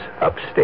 upstate